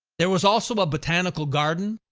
there was also a botanical garden,